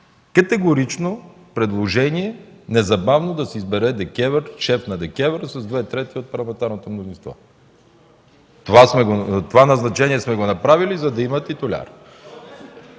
подкрепи предложение незабавно да се избере шеф на ДКЕВР с две трети от парламентарното мнозинство. Това назначение сме направили, за да има титуляр.